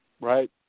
right